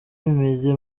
bimeze